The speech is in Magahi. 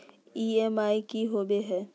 ई.एम.आई की होवे है?